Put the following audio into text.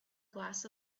glass